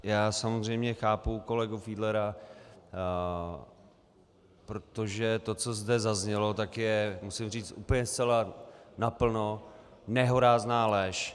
Já samozřejmě chápu kolegu Fiedlera, protože to, co zde zaznělo, je, musím říct úplně zcela naplno, nehorázná lež.